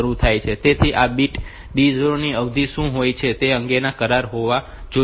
તેથી આ bit D0 ની અવધિ શું હોય છે તે અંગેનો કરાર હોવો જોઈએ